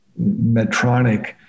Medtronic